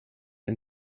ein